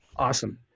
Awesome